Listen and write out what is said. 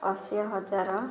ଅଶୀ ହଜାର